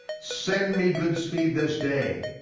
send me good speed this day,